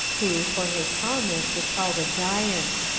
who, for his tallness, was called a giant.